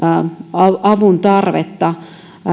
avun tarvetta